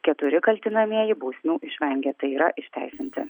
keturi kaltinamieji bausmių išvengė tai yra išteisinti